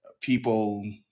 People